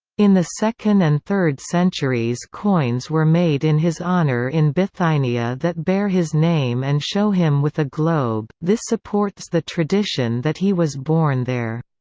in the second and third centuries coins were made in his honour in bithynia that bear his name and show him with a globe this supports the tradition that he was born there.